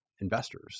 investors